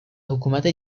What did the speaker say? حکومت